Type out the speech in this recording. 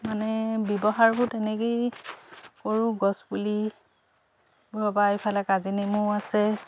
মানে ব্যৱহাৰবোৰ তেনেকৈয়ে কৰোঁ গছ পুলিবোৰৰ পৰা ইফালে কাজি নেমুও আছে